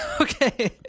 Okay